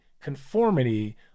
conformity